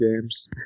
games